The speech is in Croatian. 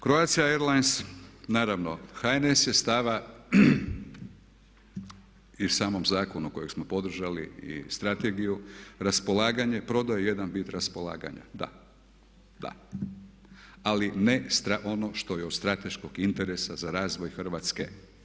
Croatia airlines naravno HNS je stava i samom zakonu kojeg smo podržali i strategiju, raspolaganje, prodaju, jedan bit raspolaganja da, ali ne ono što je od strateškog interesa za razvoj Hrvatske.